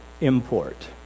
import